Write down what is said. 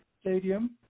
Stadium